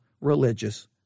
religious